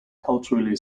culturally